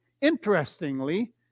Interestingly